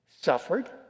suffered